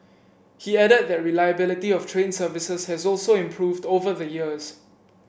he added that reliability of train services has also improved over the years